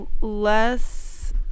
less